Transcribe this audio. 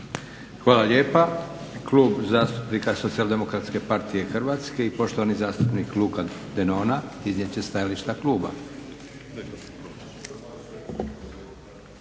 Hvala lijepa. Klub zastupnika SDP-a Hrvatske i poštovani zastupnik Luka Denona iznijet će stajalište kluba.